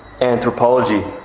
anthropology